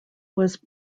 was